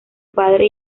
padre